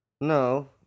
no